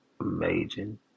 amazing